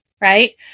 Right